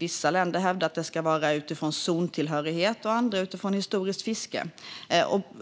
Vissa länder hävdar att fördelningen ska ske utifrån zontillhörighet; andra länder hävdar att den ska ske utifrån historiskt fiske.